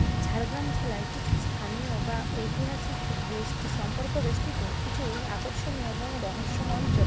ঝাড়গ্রাম জেলায় কিছু স্থানীয় বা ঐতিহাসিক সম্পর্ক বেষ্টিত কিছু আকর্ষণীয় বহু রহস্যমঞ্চ